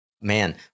man